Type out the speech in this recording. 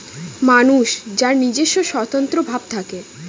মানুষ যার নিজস্ব স্বতন্ত্র ভাব থাকে